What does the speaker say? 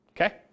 Okay